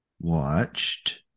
watched